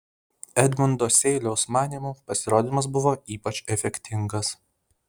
edmundo seiliaus manymu pasirodymas buvo ypač efektingas